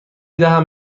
دهم